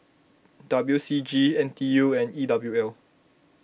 W C G N T U and E W L